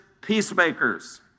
peacemakers